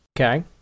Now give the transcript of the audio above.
Okay